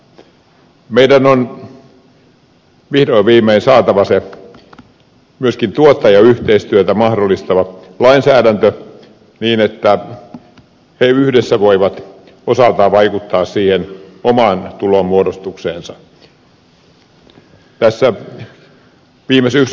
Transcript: meidän on vihdoin viimein saatava myöskin tuottajayhteistyötä mahdollistava lainsäädäntö niin että he yhdessä voivat osaltaan vaikuttaa siihen omaan tulonmuodostukseensa